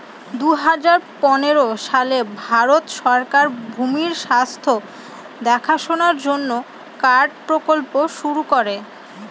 দুই হাজার পনেরো সালে ভারত সরকার ভূমির স্বাস্থ্য দেখাশোনার জন্য কার্ড প্রকল্প শুরু করে